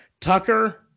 Tucker